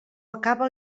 acaba